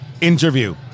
interview